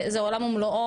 זה עולם ומלואו,